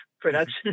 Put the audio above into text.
production